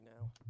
now